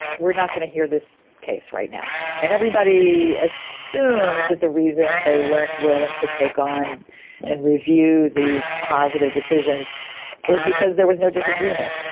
we're not going to hear this case right now. and then everybody assumed that the reason they weren't willing to take on and review these positive decisions was because there was no disagreement.